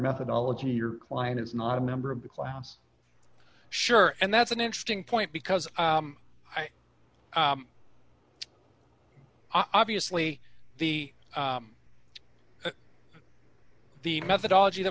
methodology your client is not a member of the class sure and that's an interesting point because i obviously the the methodology that